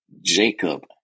Jacob